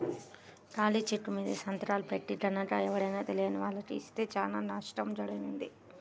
ఖాళీ చెక్కుమీద సంతకాలు పెట్టి గనక ఎవరైనా తెలియని వాళ్లకి ఇస్తే చానా నష్టం జరుగుద్ది